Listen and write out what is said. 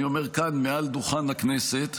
אני אומר כאן, מעל דוכן הכנסת: